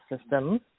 system